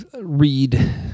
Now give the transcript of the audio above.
read